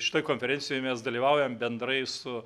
šitoj konferencijoj mes dalyvaujam bendrai su